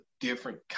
different